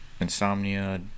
Insomnia